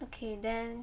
okay then